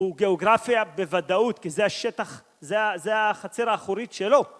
וגיאוגרפיה בוודאות, כי זה השטח, זה זה החצר האחורית שלו.